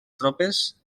tropes